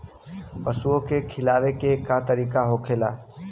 पशुओं के खिलावे के का तरीका होखेला?